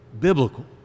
biblical